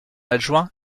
adjoint